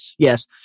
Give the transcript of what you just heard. Yes